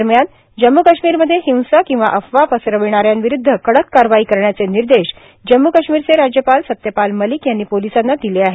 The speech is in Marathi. दरम्यान जम्मू काश्मीरमध्ये हिंसा किंवा अफवा पसरविणा यांविरूध्द कडक कारवाई करण्याचे निर्देश जम्मू काश्मीरचे राज्यपाल सत्यपाल मलिक यांनी पोलीसांना दिले आहेत